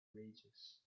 radius